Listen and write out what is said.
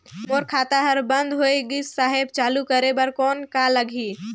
मोर खाता हर बंद होय गिस साहेब चालू करे बार कौन का लगही?